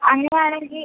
അങ്ങനെ ആണെങ്കിൽ